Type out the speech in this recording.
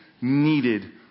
Needed